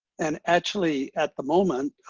and actually at the moment,